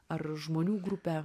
ar žmonių grupę